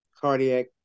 cardiac